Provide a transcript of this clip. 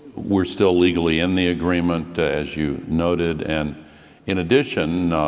we are still legally in the agreement as you noted, and in addition,